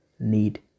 need